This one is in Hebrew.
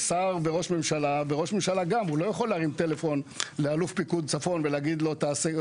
גם ראש ממשלה לא יכול להרים טלפון לאלוף פיקוד צפון ולומר לו לעשות,